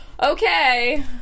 okay